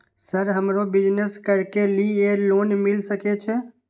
Sir हमरो business करके ली ये लोन मिल सके छे?